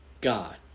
God